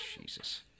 Jesus